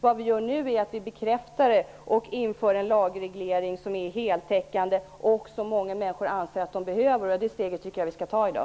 Det vi nu gör är att vi bekräftar det och inför en lagreglering som är heltäckande, en lagreglering som många människor anser att de behöver. Det steget tycker jag att vi skall ta i dag.